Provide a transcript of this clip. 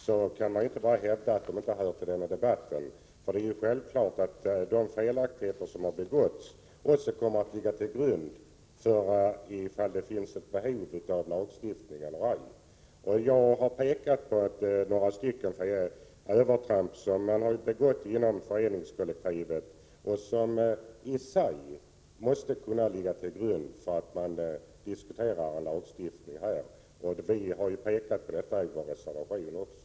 Man kan då inte bara hävda att de sakerna inte hör hemma i den här debatten — det är självklart att de felaktigheter som har begåtts också kommer att ligga till grund för en bedömning av om det finns ett behov av lagstiftning eller ej. Jag har visat på några övertramp som har gjorts inom föreningskollektivet och som i sig måste kunna ligga till grund för en diskussion här om en lagstiftning. Dem har vi visat på också i vår reservation.